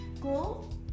Cool